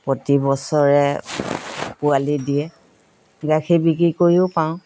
প্ৰতি বছৰে পোৱালি দিয়ে গাখীৰ বিক্ৰী কৰিও পাওঁ